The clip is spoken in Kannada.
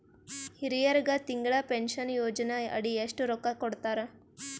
ಹಿರಿಯರಗ ತಿಂಗಳ ಪೀನಷನಯೋಜನ ಅಡಿ ಎಷ್ಟ ರೊಕ್ಕ ಕೊಡತಾರ?